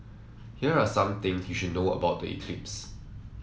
here are some things you should know about the eclipse